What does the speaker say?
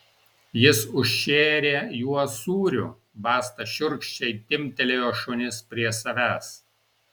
jis užšėrė juos sūriu basta šiurkščiai timptelėjo šunis prie savęs